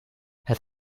het